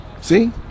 See